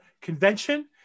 convention